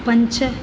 पञ्च